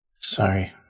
Sorry